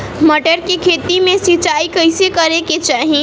मटर के खेती मे सिचाई कइसे करे के चाही?